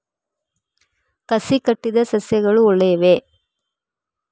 ಕಸಿ ಕಟ್ಟಿದ ಸಸ್ಯಗಳು ಒಳ್ಳೆಯವೇ?